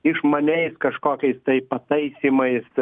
išmaniais kažkokiais tai pataisymais